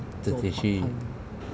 自己去